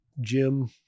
Jim